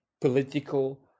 political